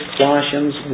Colossians